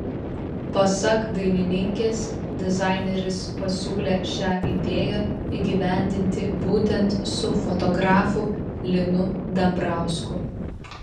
pasak dainininkės dizaineris pasiūlė šią idėją įgyvendinti būtent su fotografu linu dambrausku